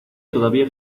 todavía